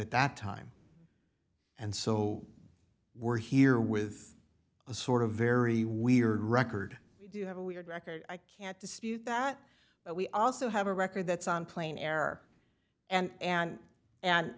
at that time and so we're here with a sort of very weird record we do have a weird record i can't dispute that but we also have a record that's on plane air and and and